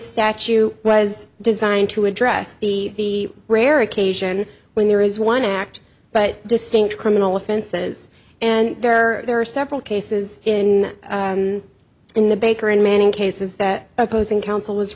statue was designed to address the rare occasion when there is one act but distinct criminal offenses and there are several cases in in the baker and manning cases that opposing counsel was